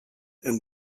and